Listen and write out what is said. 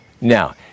Now